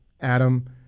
Adam